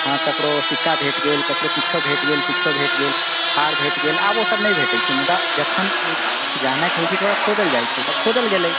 हाँ ककरो सिक्का भेट गेल ककरो किछु भेट गेल किछु भेट गेल हार भेट गेल आब ओ सभ नहि भेटैत छै मुदा जखन ओ किछु जानऽके होइत छै तऽ ओकरा खोदल जाइत छै तऽ खोदल गेलै